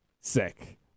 sick